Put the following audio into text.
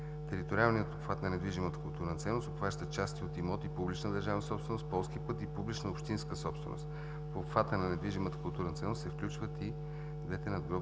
Териториалният обхват на недвижимата културна ценност обхваща части от имоти – публична държавна собственост, полски път и публична общинска собственост. В обхвата на недвижимата културна ценност се включват и двете надгробни